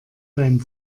beim